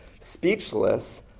speechless